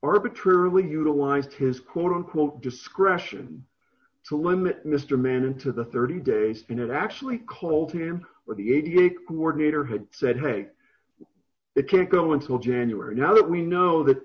arbitrarily utilized his quote unquote discretion to limit mister manning to the thirty days and it actually called him or the a coordinator had said hey it can't go until january now that we know that